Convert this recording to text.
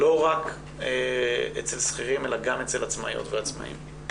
לא רק אצל שכירים, אלא גם אצל עצמאיות ועצמאים.